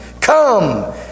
Come